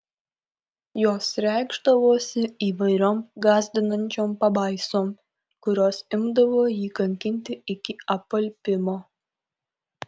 jos reikšdavosi įvairiom gąsdinančiom pabaisom kurios imdavo jį kankinti iki apalpimo